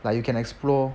like you can explore